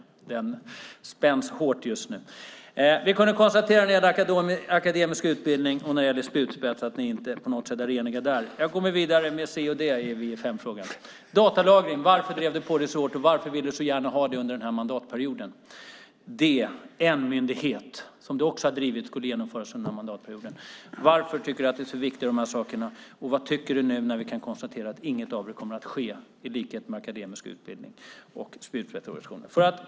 Den spänns hårt just nu. När det gäller akademisk utbildning och en spjutspetsorganisation kan vi alltså konstatera att ni inte på något sätt är eniga. Jag går vidare med frågorna C och D i Vi i femman frågorna. När det gäller fråga C och datalagring undrar jag: Varför drev du på så hårt, och varför vill du så gärna ha det här genomfört under denna mandatperiod? Fråga D: Frågan om att en enmyndighet skulle genomföras under den här mandatperioden har du också drivit. Varför tycker du att de här sakerna är så viktiga, och vad tycker du nu när vi kan konstatera att inget av det här kommer att ske - i likhet med hur det är med den akademiska utbildningen och spjutspetsorganisationen?